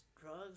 drugs